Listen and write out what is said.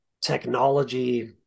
technology